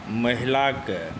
महिलाके